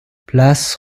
place